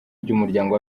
ry’umuryango